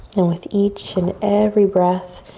and with each and every breath,